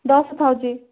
ଦଶ ଥାଉଛି